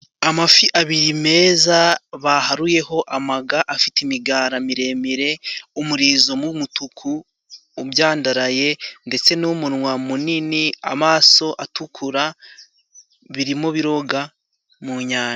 Amafi abiri meza baharuyeho amaga, afite imigara miremire, umurizo m'umutuku ubyandaraye ndetse n'umunwa munini ,amaso atukura birimo biroga mu nyanja.